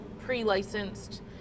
pre-licensed